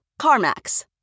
CarMax